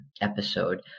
episode